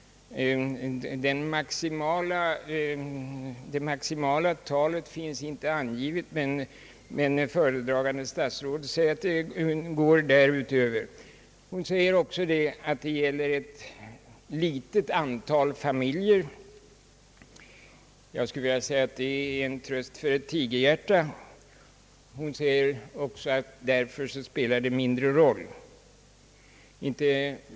Det maximala talet finns inte angivet, men föredragande statsrådet säger att det går därutöver. Hon säger också att det gäller ett litet antal familjer — vilket jag anser vara en tröst för ett tigerhjärta — och att det därför spelar mindre roll.